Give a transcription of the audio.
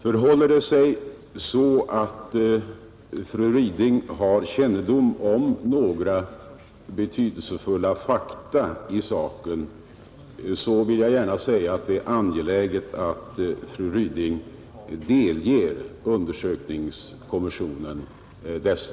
Förhåller det sig så att fru Ryding har kännedom om några betydelsefulla fakta i saken är det angeläget att fru Ryding delger undersökningskommissionen dessa.